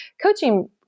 coaching